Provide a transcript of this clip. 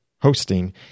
hosting